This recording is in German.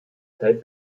teil